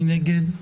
מי נגד?